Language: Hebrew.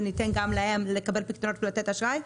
וניתן גם להם לקבל פיקדונות ולתת אשראי.